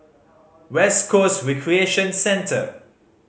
West Coast Recreation Centre